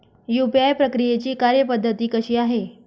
UPI प्रक्रियेची कार्यपद्धती कशी आहे?